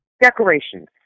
Decorations